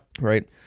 Right